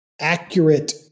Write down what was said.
accurate